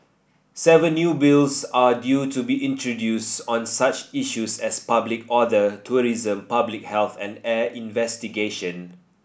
seven new Bills are due to be introduced on such issues as public order tourism public health and air navigation